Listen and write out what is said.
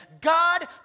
God